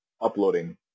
uploading